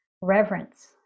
reverence